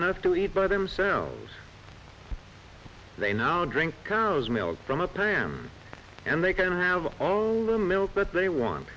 enough to eat by themselves they now drink cow's milk from a pan and they can have all the milk but they want